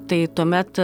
tai tuomet